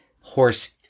horse